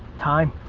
time.